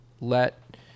let